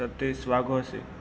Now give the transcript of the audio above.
Satish Vaghosi